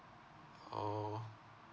orh